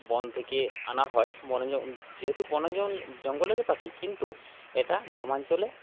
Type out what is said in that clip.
বন থেকে আনা হয় বনজ যেহেতু বনজ জঙ্গলের পাখি কিন্তু এটা গ্রামাঞ্চলে